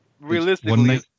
realistically